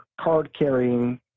card-carrying